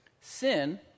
Sin